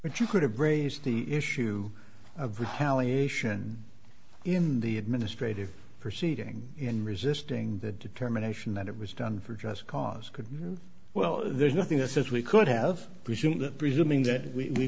but you could have raised the issue of retaliation in the administrative proceeding in resisting the determination that it was done for just cause could well there's nothing that says we could have presumed that presuming that we